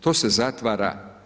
To se zatvara.